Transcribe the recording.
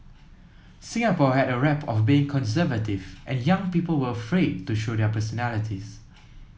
Singapore had a rep of being conservative and young people were afraid to show their personalities